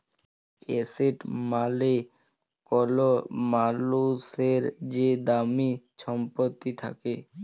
asset মালে কল মালুসের যে দামি ছম্পত্তি থ্যাকে